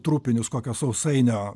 trupinius kokio sausainio